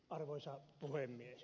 arvoisa puhemies